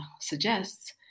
suggests